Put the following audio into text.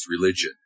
religion